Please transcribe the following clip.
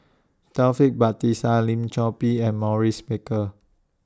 Taufik Batisah Lim Chor Pee and Maurice Baker